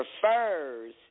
prefers